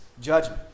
judgment